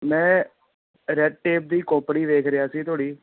ਮੈਂ red tape ਦੀ company ਵੇਖ ਰਿਹਾ ਸੀ ਤੁਹਾਡੀ